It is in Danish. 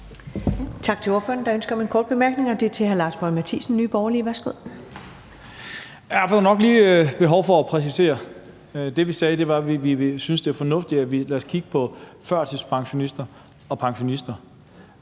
Tak til ordføreren. Der er ønske om en kort bemærkning, og det er fra hr. Lars Boje Mathiesen, Nye Borgerlige. Værsgo. Kl. 16:41 Lars Boje Mathiesen (NB): Jeg føler nok lige et behov for at præcisere. Det, vi sagde, var, at vi synes, det er fornuftigt at kigge på førtidspensionister og pensionister,